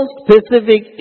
specific